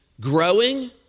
growing